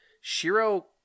Shiro